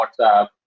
WhatsApp